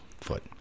foot